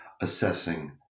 assessing